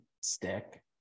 stick